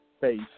face